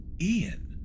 Ian